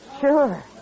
Sure